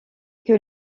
que